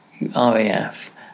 RAF